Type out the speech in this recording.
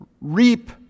reap